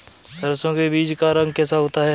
सरसों के बीज का रंग कैसा होता है?